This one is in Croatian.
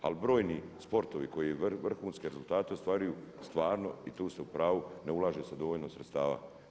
Ali brojni sportovi koji vrhunske rezultate ostvaruju stvarno i tu ste u pravu, ne ulaže se dovoljno sredstava.